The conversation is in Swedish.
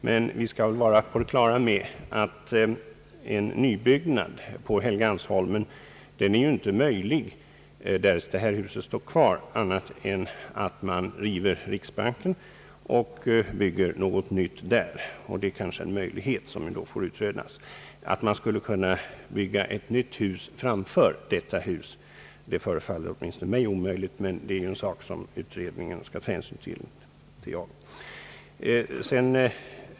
Men vi skall vara på det klara med att en nybyggnad på Helgeandsholmen inte är möjlig därest detta hus står kvar, såvida man inte river riksbanken och bygger någonting nytt där. Det kanske är en möjlighet, och den bör utredas. Att man skulle kunna bygga ett nytt hus framför detta hus förefaller åtminstone mig omöjligt, men det är en sak som utredningen också får ta ställning till.